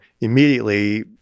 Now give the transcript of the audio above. immediately